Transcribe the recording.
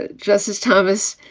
ah justice thomas